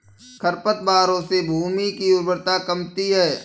खरपतवारों से भूमि की उर्वरता कमती है